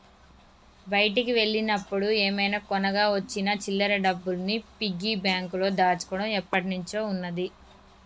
బయటికి వెళ్ళినప్పుడు ఏమైనా కొనగా వచ్చిన చిల్లర డబ్బుల్ని పిగ్గీ బ్యాంకులో దాచుకోడం ఎప్పట్నుంచో ఉన్నాది